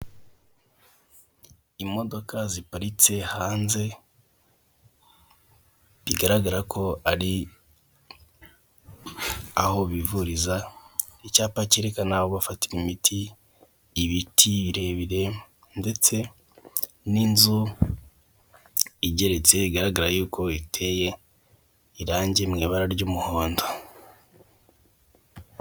Imodoka ziparitse hanze, bigaragara ko ari aho bivuriza, icyapa cyerekana aho bafatira imiti, ibiti birebire, ndetse n'inzu igeretse bigaragara yuko iteye irangi mu ibara ry'umuhondo.